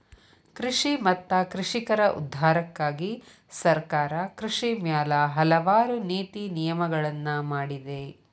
ಕೃಷಿ ಮತ್ತ ಕೃಷಿಕರ ಉದ್ಧಾರಕ್ಕಾಗಿ ಸರ್ಕಾರ ಕೃಷಿ ಮ್ಯಾಲ ಹಲವಾರು ನೇತಿ ನಿಯಮಗಳನ್ನಾ ಮಾಡಿದೆ